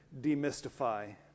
demystify